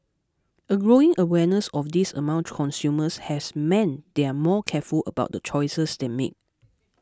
a growing awareness of this among consumers has meant they are more careful about the choices they make